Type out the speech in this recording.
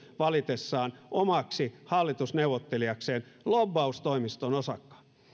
valitessaan omaksi hallitusneuvottelijakseen lobbaustoimiston osakkaan no